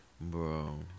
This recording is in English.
Bro